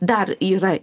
dar yra